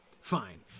Fine